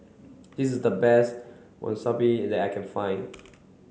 this is the best Monsunabe that I can find